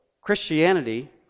Christianity